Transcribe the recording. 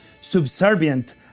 subservient